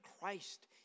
Christ